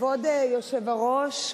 כבוד היושב-ראש,